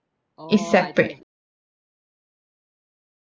it's separate